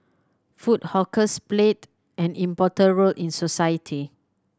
food hawkers played an important role in society